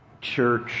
church